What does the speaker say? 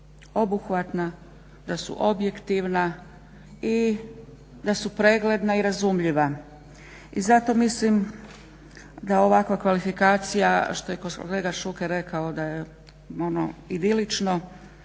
obuhvatna, da su objektivna i da su pregledna i razumljiva. I zato mislim da ovakva kvalifikacija što je kolega Šuker rekao da je ono idilično